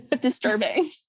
disturbing